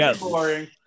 boring